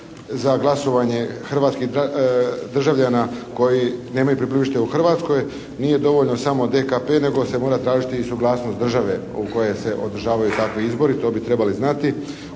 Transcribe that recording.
za glasovanje hrvatskih državljana koji nemaju prebivalište u Hrvatskoj. Nije dovoljno samo DKP nego se mora tražiti i suglasnost države u kojoj se održavaju takvi izbori, to bi trebali znati.